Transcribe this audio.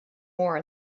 more